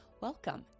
welcome